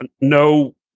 no